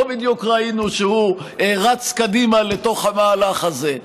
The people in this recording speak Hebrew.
לא בדיוק ראינו שהוא רץ קדימה לתוך המהלך הזה.